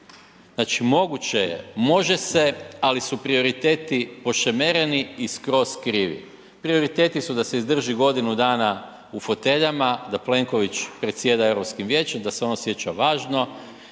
Znači moguće je, može se ali su prioriteti pošemereni i skroz krivi. Prioriteti su da se izdrži godinu dana u foteljama, da Plenković predsjeda Europskim vijećem, da se on osjeća važno